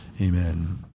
Amen